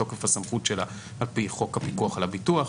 מתוקף הסמכות שלה על פי חוק הפיקוח על הביטוח.